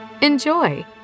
Enjoy